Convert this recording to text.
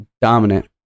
dominant